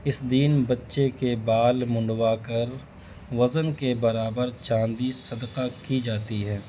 اس دن بچے کے بال منڈوا کر وزن کے برابر چاندی صدقہ کی جاتی ہے